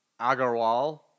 Agarwal